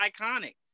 iconic